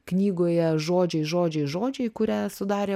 knygoje žodžiai žodžiai žodžiai kurią sudarė